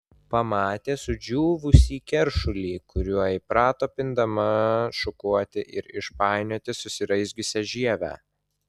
pamatė sudžiūvusį keršulį kuriuo įprato pindama šukuoti ir išpainioti susiraizgiusią žievę